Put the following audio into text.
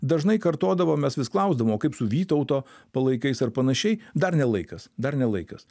dažnai kartodavo mes vis klausdavom o kaip su vytauto palaikais ar panašiai dar ne laikas dar ne laikas